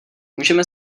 můžeme